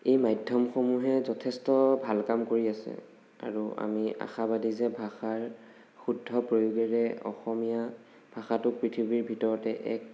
এই মাধ্য়মসমূহে যথেষ্ট ভাল কাম কৰি আছে আৰু আমি আশাবাদী যে ভাষাৰ শুদ্ধ প্ৰয়োগেৰে অসমীয়া ভাষাটোক পৃথিৱীৰ ভিতৰতে এক